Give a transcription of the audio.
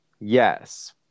Yes